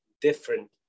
different